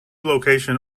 location